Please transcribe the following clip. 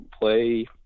play